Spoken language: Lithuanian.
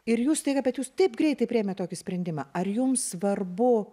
ir jūs staiga bet jūs taip greitai priėmėt tokį sprendimą ar jums svarbu